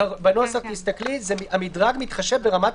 תסתכלי בנוסח שהמדרג מתחשב ברמת